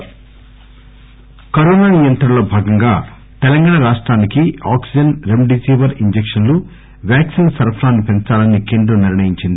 Piyush Goyal corona నియంత్రణ లో భాగంగా తెలంగాణ రాష్టానికి ఆక్సిజన్ రెమిడిసివర్ ఇంజక్షన్లు వ్యాక్సీన్ల సరఫరాను పెంచాలని కేంద్రం నిర్ణయించింది